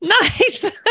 Nice